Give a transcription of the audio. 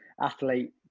athlete